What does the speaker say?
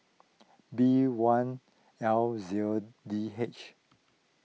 B one L zero D H